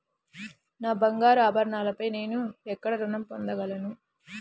నా బంగారు ఆభరణాలపై నేను ఎక్కడ రుణం పొందగలను?